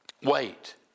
Wait